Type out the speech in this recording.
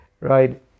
right